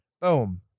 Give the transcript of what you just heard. Boom